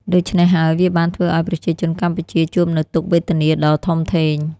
ដូច្នេះហើយវាបានធ្វើឱ្យប្រជាជនកម្ពុជាជួបនូវទុក្ខវេទនាដ៏ធំធេង។